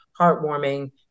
heartwarming